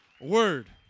word